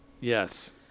Yes